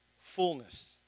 fullness